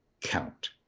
count